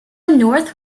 north